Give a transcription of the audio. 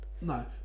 No